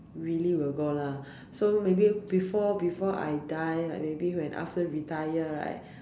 really will go lah so maybe before before I die like maybe after retire right